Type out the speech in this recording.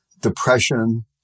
depression